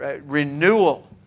renewal